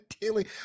daily